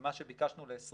ומה שביקשנו ל-21'